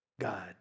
God